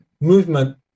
movement